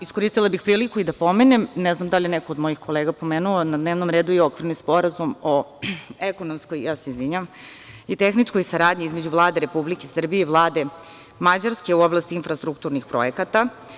Iskoristila bih priliku i da pomenem, ne znam da li je neko od mojih kolega pomenuo, na dnevnom redu je i Okvirni sporazum o ekonomskoj i tehničkoj saradnji između Vlade Republike Srbije i Vlade Mađarske u oblasti infrastrukturnih projekata.